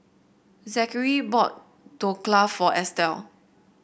Zakary bought Dhokla for Estelle